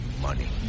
money